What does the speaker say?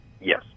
Yes